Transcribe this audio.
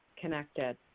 connected